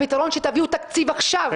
הפתרון הוא שתביאו תקציב עכשיו.